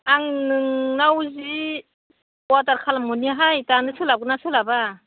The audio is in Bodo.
आं नोंनाव जि अर्डार खालामहरनिहाय दानो सोलाबगोन ना सोलाबा